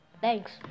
thanks